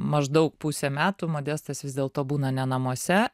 maždaug pusę metų modestas vis dėlto būna ne namuose